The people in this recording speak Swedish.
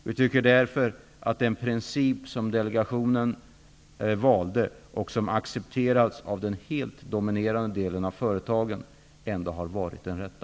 Vi tycker därför att den princip som delegationen valde och som har accepterats av den helt dominerande delen av företagen har varit den rätta.